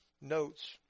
notes